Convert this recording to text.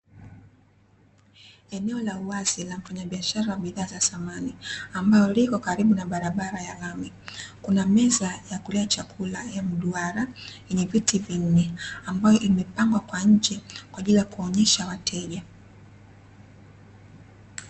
Eneo la uwazi la mfanyabiashara wa bidhaa za samani ambaye aliyepo karibu na barabara ya lami, kuna meza ya kulia chakula ya mduara yenye viti vinne ambayo imepangwa kwa nje, kwa ajili ya kuonesha wateja.